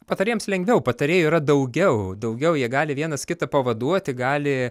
patarėjams lengviau patarėjų yra daugiau daugiau jie gali vienas kitą pavaduoti gali